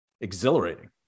exhilarating